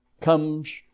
comes